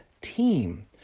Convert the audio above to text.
team